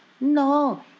No